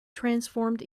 transformed